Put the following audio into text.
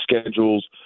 schedules